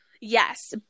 Yes